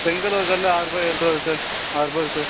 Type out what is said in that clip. செங்கல் ஒரு கல் ஆறுரூவா ஏழுரூவா வருது சார் ஆறுரூபா வரும் சார்